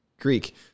Greek